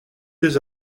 des